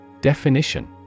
Definition